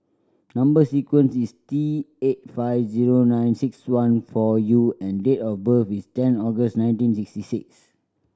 number sequence is T eight five zero nine six one four U and date of birth is ten August nineteen sixty six